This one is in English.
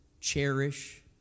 cherish